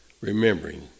remembering